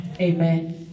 Amen